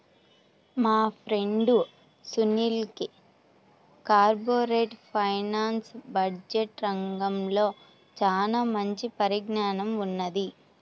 మా ఫ్రెండు సునీల్కి corporate finance, budget రంగాల్లో చానా మంచి పరిజ్ఞానం ఉన్నది